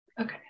Okay